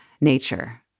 Nature